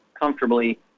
comfortably